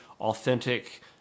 authentic